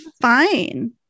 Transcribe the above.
fine